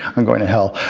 um i'm going to hell.